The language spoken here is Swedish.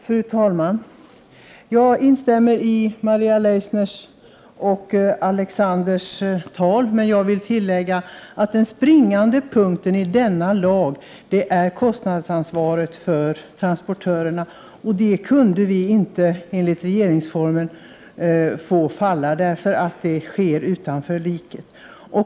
Fru talman! Jag instämmer i Maria Leissners och Alexanders Chrisopoulos tal, men jag vill tillägga att den springande punkten i denna lag är kostnadsansvaret för transportörerna. Det kunde vi inte inse faller under regeringsformen, eftersom det ligger utanför riket.